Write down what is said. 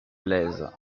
blaise